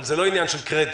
אבל זה לא עניין של קרדיט,